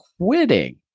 quitting